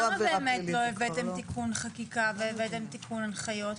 למה באמת לא הבאתם תיקון חקיקה והבאתם תיקון הנחיות?